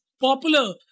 popular